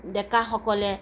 ডেকাসকলে